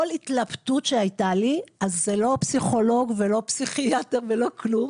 כל התלבטות שהייתה לי אז זה לא פסיכולוג ולא פסיכיאטר ולא כלום,